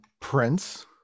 Prince